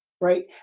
right